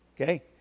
Okay